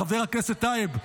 חבר הכנסת טייב,